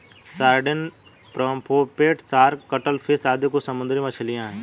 sardine, pomfret, shark, cuttlefish आदि कुछ समुद्री मछलियाँ हैं